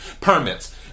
Permits